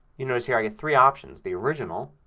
you notice here i get three options. the original.